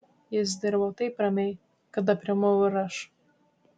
jis dirbo taip ramiai kad aprimau ir aš